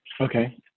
Okay